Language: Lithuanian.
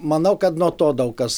manau kad nuo to daug kas